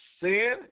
Sin